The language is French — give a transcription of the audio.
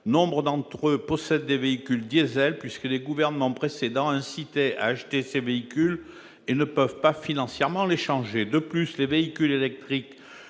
Nombre d'entre eux possèdent des véhicules diesel, puisque les gouvernements précédents incitaient à acheter ces voitures, et n'ont pas les moyens financiers d'en changer. Par ailleurs, les véhicules électriques